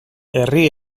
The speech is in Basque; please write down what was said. herri